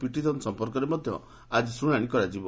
petition ସମ୍ପର୍କରେ ମଧ୍ୟ ଆଜି ଶ୍ରଣାଣି କରାଯିବ